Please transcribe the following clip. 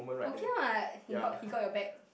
okay what he got he got your back